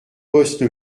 poste